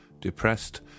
depressed